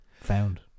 found